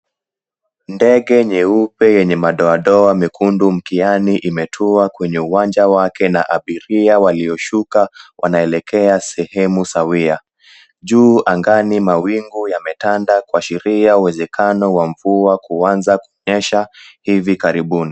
Ndege nyeupe yenye madoadoa mekundu mkiani imetuwa kwenye uwanja wake na abiria walioshuka wanaelekea sehemu sawia. Juu angani mawingu yametanda kuashiria uwezekano wa mvua kuanza kunyesha hivi karibuni.